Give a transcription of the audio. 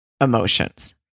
emotions